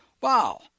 Wow